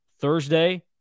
Thursday